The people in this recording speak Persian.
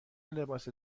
لباس